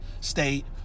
State